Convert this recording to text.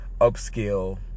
upscale